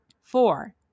Four